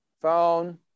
phone